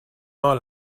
our